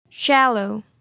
Shallow